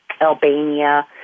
Albania